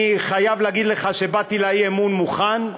אני חייב להגיד לך שבאתי לאי-אמון מוכן,